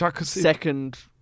second